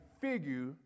figure